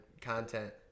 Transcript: content